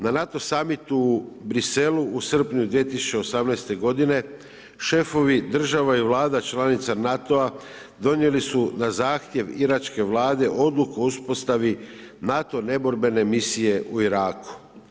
Na NATO samitu u Briselu u srpnju 2018.g. šefovi država i vlada članica NATO-a donijeli su, na zahtjev iračke vlade, odluku o uspostavi NATO neborbene misije u Iraku.